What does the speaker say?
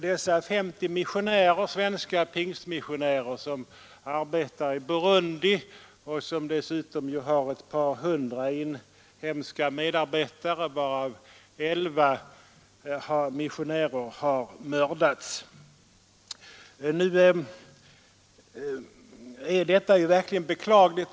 De 50 svenska pingstmissionärer som arbetar i Burundi har ett par hundra inhemska medarbetare, varav 11 missionärer har mördats. Läget i Burundi är verkligen beklagligt.